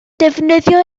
defnyddio